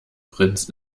prinz